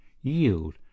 yield